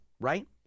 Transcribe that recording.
right